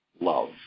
love